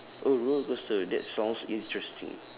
oh rollercoaster that sounds interesting